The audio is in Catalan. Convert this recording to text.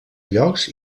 llocs